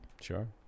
Sure